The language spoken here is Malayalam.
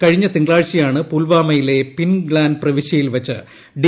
കഴിഞ്ഞ തിങ്കളാഴ്ചയാണ് പുൽവാമ യിലെ പിൻഗ്ലാൻ പ്രവിശ്യയിൽവെച്ച് ഡി